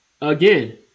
Again